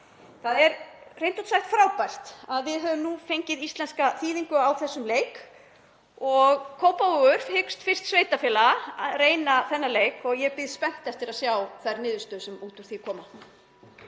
Það er hreint út sagt frábært að við höfum nú fengið íslenska þýðingu á þessum leik. Kópavogur hyggst fyrst sveitarfélaga reyna þennan leik og ég bíð spennt eftir að sjá niðurstöðurnar sem út úr því koma.